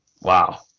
Wow